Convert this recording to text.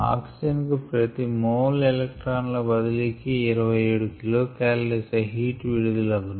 oxygen కు ప్రతి ఒక్క మోల్ ఎలెక్ట్రాన్ ల బదిలీకి 27 కిలో కాలరీస్ హీట్ విడుదల అగును